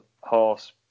horse